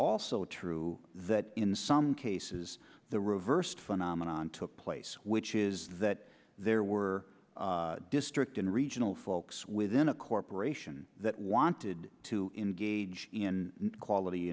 also true that in some cases the reversed phenomenon took place which is that there were district and regional folks within a corporation that wanted to engage in quality